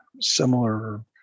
similar